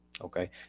Okay